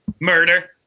Murder